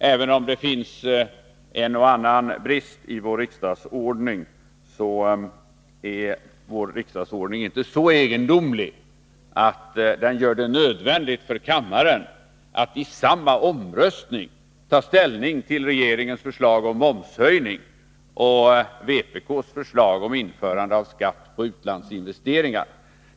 Även om det finns en och annan brist i vår riksdagsordning, är vår riksdagsordning inte så egendomlig att den gör det nödvändigt för kammaren att i samma omröstning ta ställning till regeringens förslag om momshöjning och vpk:s förslag om införande av skatt på utlandsinvesteringar.